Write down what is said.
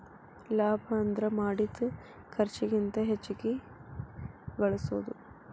ಲಾಭ ಅಂದ್ರ ಮಾಡಿದ್ ಖರ್ಚಿಗಿಂತ ಹೆಚ್ಚಿಗಿ ಗಳಸೋದು